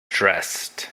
dressed